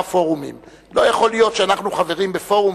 לא יכול להיות שאנחנו חברים בפורום,